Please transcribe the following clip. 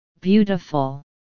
Beautiful